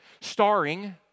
Starring